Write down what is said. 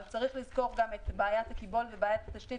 אז צריך לזכור גם את בעיית הקיבולת ובעיית התשתית,